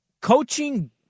coaching